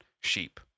sheep